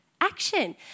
action